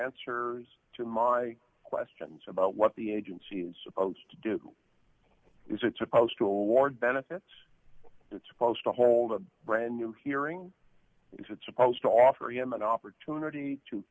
answers to my questions about what the agency is supposed to do is it supposed to ward benefits it's supposed to hold a brand new hearing is that supposed to offer him an opportunity to